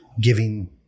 giving